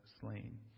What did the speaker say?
slain